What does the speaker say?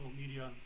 media